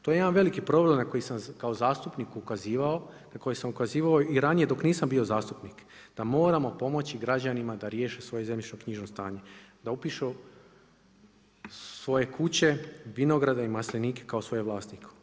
To je jedan veliki problem na koji sam kao zastupnik ukazivao, na koje sam ukazivao i ranije dok nisam bio zastupnik, da moramo pomoći građanima da riješe svoje zemljišno-knjižno stanje, da upišu svoje kuće, vinograde i maslinike kao svoje vlasništvo.